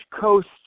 coast